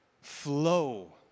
flow